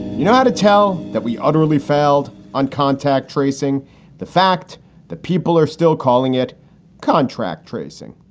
you know and tell that we utterly failed on contact tracing the fact that people are still calling it contract tracing,